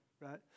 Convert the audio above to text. Right